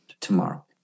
tomorrow